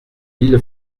mille